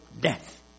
death